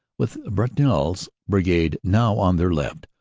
with brutinel's brigade now on their left,